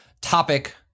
topic